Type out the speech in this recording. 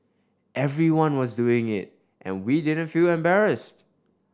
everyone was doing it and we didn't feel embarrassed